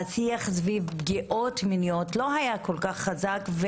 והשיח סביב פגיעות מיניות לא היה כל כך חזק.